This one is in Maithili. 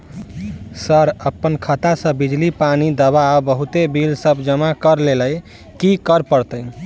सर अप्पन खाता सऽ बिजली, पानि, दवा आ बहुते बिल सब जमा करऽ लैल की करऽ परतै?